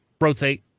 rotate